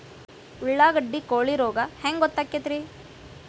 ಉಳ್ಳಾಗಡ್ಡಿ ಕೋಳಿ ರೋಗ ಹ್ಯಾಂಗ್ ಗೊತ್ತಕ್ಕೆತ್ರೇ?